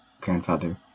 grandfather